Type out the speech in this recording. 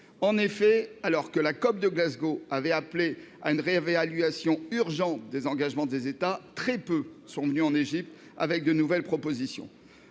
En effet, alors que la COP de Glasgow avait appelé à une réévaluation des engagements des États, très peu sont venus en Égypte avec de nouvelles propositions.